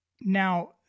now